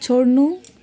छोड्नु